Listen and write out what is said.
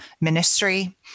ministry